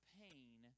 pain